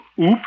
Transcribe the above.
Oop